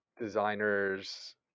designers